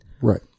Right